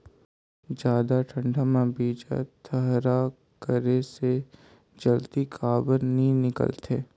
जादा ठंडा म बीजा थरहा करे से जल्दी काबर नी निकलथे?